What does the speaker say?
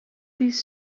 these